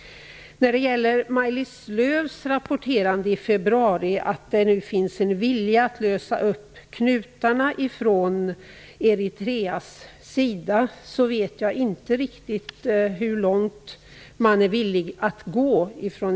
När det gäller Maj-Lis Lööws rapporterande i februari att det nu från Eritreas sida finns en vilja att lösa knutarna, vet jag inte riktigt hur långt man är villig att gå.